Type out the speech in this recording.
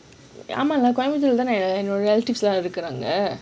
ஆமா கோயம்பத்தூர்:aaama koyambathoor lah தானே:thane relatives எல்லாம் இருக்காங்க:ellam irukkaanga